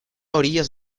orillas